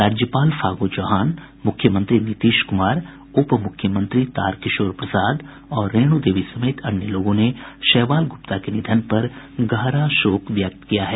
राज्यपाल फागू चौहान मुख्यमंत्री नीतीश कुमार उप मुख्यमंत्री तारकिशोर प्रसाद और रेणु देवी समेत अन्य लोगों ने शैवाल गुप्ता के निधन पर गहरा शोक व्यक्त किया है